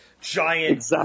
giant